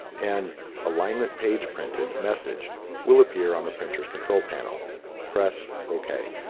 an alignment page printed message will appear on the printers control panel press ok